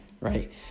right